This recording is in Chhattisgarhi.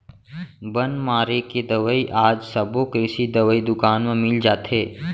बन मारे के दवई आज सबो कृषि दवई दुकान म मिल जाथे